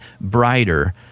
brighter